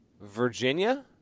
Virginia